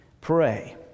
Pray